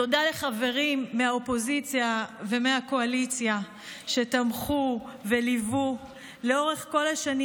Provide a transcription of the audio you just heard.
תודה לחברים מהאופוזיציה ומהקואליציה שתמכו וליוו לאורך כל השנים,